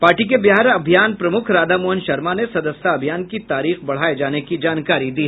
party के बिहार अभियान प्रमुख राधा मोहन शर्मा ने सदस्यता अभियान की तारीख बढ़ाये जाने की जानकारी दी